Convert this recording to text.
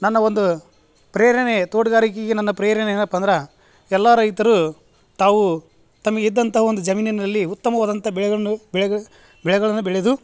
ನನ್ನ ಒಂದು ಪ್ರೇರಣೆ ತೋಟಗಾರಿಕೆಗೆ ನನ್ನ ಪ್ರೇರಣೆ ಏನಪ್ಪ ಅಂದ್ರ ಎಲ್ಲಾ ರೈತರು ತಾವು ತಮ್ಮಗಿದ್ದಂತಹ ಒಂದು ಜಮೀನಿನಲ್ಲಿ ಉತ್ತಮವಾದಂತಹ ಬೆಳೆಗಳನ್ನು ಬೆಳೆಗ ಬೆಳೆಗಳನ್ನ ಬೆಳೆದು